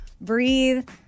breathe